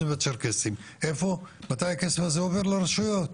והצ'רקסים מתי הכסף הזה עובר לרשויות?